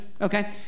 okay